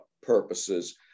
purposes